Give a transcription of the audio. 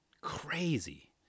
Crazy